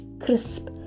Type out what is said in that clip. crisp